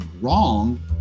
wrong